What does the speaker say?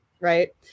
right